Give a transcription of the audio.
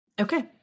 okay